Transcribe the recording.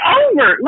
over